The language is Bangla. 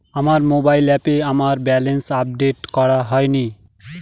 আমার মোবাইল অ্যাপে আমার ব্যালেন্স আপডেট করা হয়নি